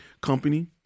company